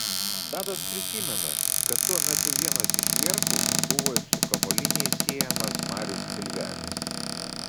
tadas prisimena kad tuo metu vienas iš verchų buvo ir su kamuoliniais siejamas marius pilvelis